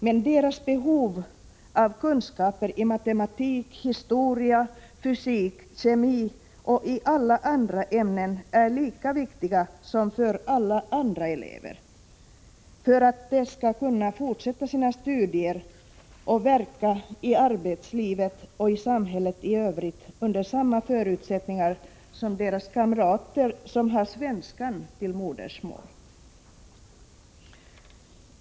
Men deras behov av kunskaper i matematik, historia, fysik, kemi och alla andra ämnen är lika viktiga som andra elevers, för att de skall kunna fortsätta sina studier och verka i arbetslivet och i samhället i övrigt under samma förutsättningar som gäller för deras kamrater som har svenskan till modersmål.